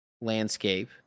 landscape